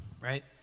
right